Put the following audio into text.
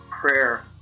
prayer